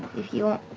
if you want.